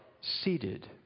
seated